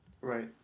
Right